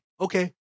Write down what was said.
okay